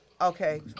Okay